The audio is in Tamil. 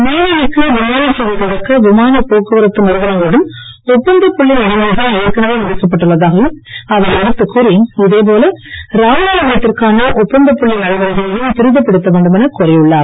நெய்வேலிக்கு விமானசேவை தொடக்க விமான போக்குவரத்து நிறுவனங்களுடன் ஒப்பந்தப்புள்ளி நடைமுறைகள் ஏற்கனவே முடிக்கப்பட்டுள்ளதையும் அவர் எடுத்துக் கூறி இதேபோல ராமநாதபுரத்திற்கான ஒப்பந்தப்புள்ளி நடைமுறைகளையும் துரிதப்படுத்த வேண்டும் எனக் கோரி உள்ளார்